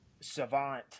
savant